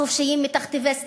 חופשיים מתכתיבי סטיגמות,